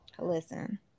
Listen